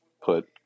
put